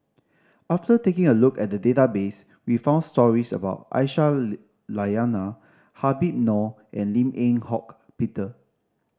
after taking a look at the database we found stories about Aisyah Lyana Habib Noh and Lim Eng Hock Peter